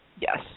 Yes